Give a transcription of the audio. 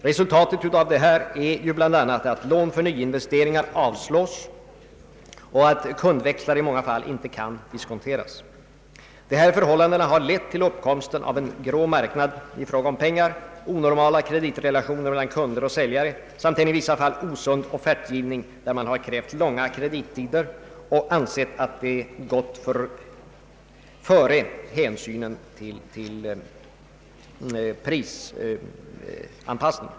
Resultatet härav är ju bl.a. att lån för nyinvesteringar avslås och att kundväxlar i många fall inte kan diskonteras. Dessa förhållanden har lett till uppkomsten av en grå marknad i fråga om pengar, onormala kreditrelationer mellan kunder och säljare samt en i vissa fall osund offertgivning, där man har krävt långa kredittider och ansett att dessa bör gå före hänsynen till prisanpassningen.